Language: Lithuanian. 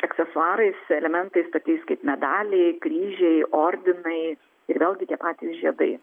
aksesuarais elementais tokiais kaip medaliai kryžiai ordinai ir vėlgi tie patys žiedai